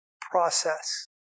process